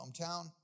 hometown